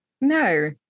no